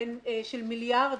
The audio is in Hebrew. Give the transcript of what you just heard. הן של מיליארדים.